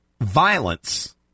violence